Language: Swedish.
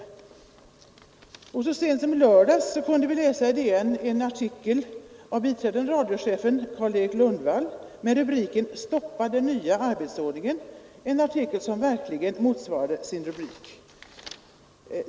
Så sent som i lördags kunde vi i DN läsa en artikel av biträdande radiochefen Karl-Erik Lundevall med rubriken ”Stoppa den nya arbetsordningen”, en artikel som verkligen motsvarade sin rubrik.